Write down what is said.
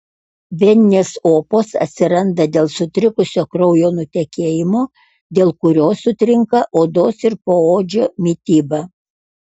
veninės opos atsiranda dėl sutrikusio kraujo nutekėjimo dėl kurio sutrinka odos ir poodžio mityba